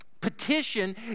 Petition